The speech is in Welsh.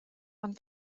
ond